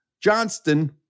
Johnston